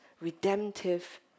redemptive